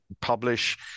publish